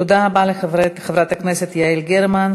תודה רבה לחברת הכנסת יעל גרמן.